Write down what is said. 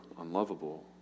unlovable